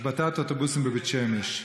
כבוד השר, השבתת אוטובוסים בבית שמש.